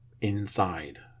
inside